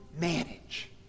manage